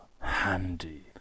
Handy